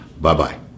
Bye-bye